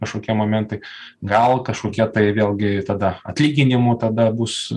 kažkokie momentai gal kažkokia tai vėlgi tada atlyginimų tada bus